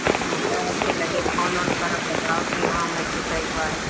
हाँ तब आप के लगे फोन उन करब बताब कि हाँ हम सीखयबै